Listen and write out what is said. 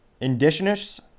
Indigenous